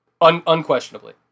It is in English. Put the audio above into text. unquestionably